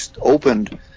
opened